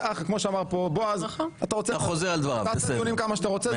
זה כמו שאמר פה בועז, תעשה דיון כמה שאתה רוצה.